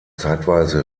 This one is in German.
zeitweise